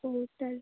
hotel